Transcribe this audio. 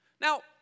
Now